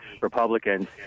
Republicans